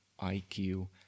IQ